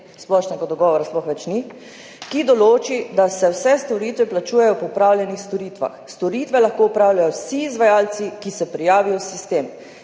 splošnega dogovora sploh ni več, »ki določi, da se vse storitve plačujejo po opravljenih storitvah. Storitve lahko opravljajo vsi izvajalci, ki se prijavijo v sistem.